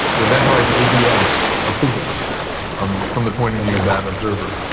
the event horizon is the edge of physics um from the point of view of that observer.